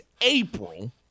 April